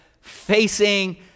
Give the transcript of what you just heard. facing